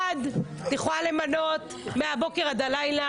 אחד, את יכולה למנות מהבוקר עד הלילה.